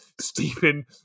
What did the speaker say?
Stephen